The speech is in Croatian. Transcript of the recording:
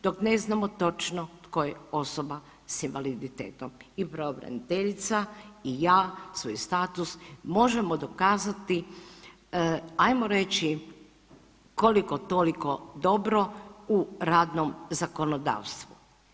Dok ne znamo točno tko je osoba s invaliditetom i pravobraniteljica i ja svoj status možemo dokazati, ajmo reći, koliko-toliko dobro u radnom zakonodavstvu.